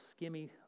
skimmy